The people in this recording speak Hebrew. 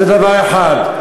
זה דבר אחד.